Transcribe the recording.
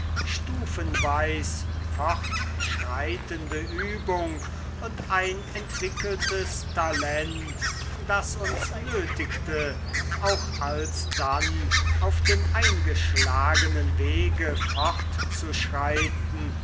stufenweis fortschreitende übung und ein entwickeltes talent das uns nötigte auch alsdann auf dem eingeschlagenen wege